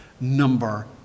number